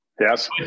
Yes